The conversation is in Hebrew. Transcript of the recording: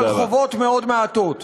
אבל חובות מעטות מאוד.